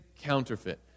counterfeit